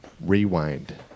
Rewind